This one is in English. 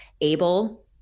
able